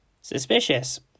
suspicious